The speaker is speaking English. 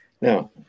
Now